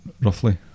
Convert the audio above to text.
roughly